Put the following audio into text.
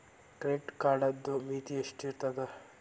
Credit ಕಾರ್ಡದು ಮಿತಿ ಎಷ್ಟ ಇರ್ತದ?